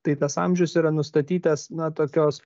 tai tas amžius yra nustatytas na tokios